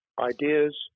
Ideas